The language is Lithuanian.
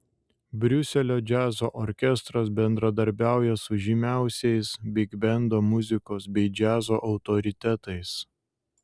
briuselio džiazo orkestras bendradarbiauja su žymiausiais bigbendo muzikos bei džiazo autoritetais